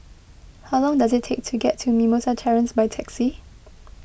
how long does it take to get to Mimosa Terrace by taxi